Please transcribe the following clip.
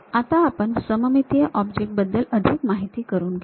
आता आपण सममितीय ऑब्जेक्ट बद्दल अधिक माहिती करून घेऊ